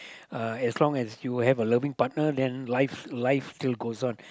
uh as long as you have a loving partner then life life still goes on